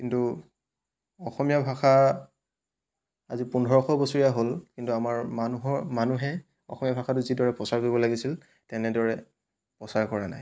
কিন্তু অসমীয়া ভাষা আজি পোন্ধৰশ বছৰীয়া হ'ল কিন্তু আমাৰ মানুহৰ মানুহে অসমীয়া ভাষাটো যিদৰে প্ৰচাৰ কৰিব লাগিছিল তেনেদৰে প্ৰচাৰ কৰা নাই